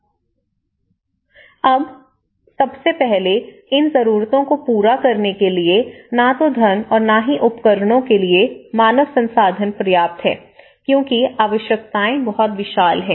अब सबसे पहले इन जरूरतों को पूरा करने के लिए न तो धन और न ही उपकरणों के लिए मानव संसाधन पर्याप्त हैं क्योंकि आवश्यकताएं बहुत विशाल हैं